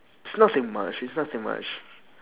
it's nothing much it's nothing much